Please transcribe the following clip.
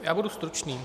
Já budu stručný.